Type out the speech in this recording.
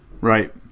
Right